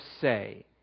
say